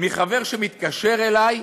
מחבר שמתקשר אלי,